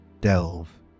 delve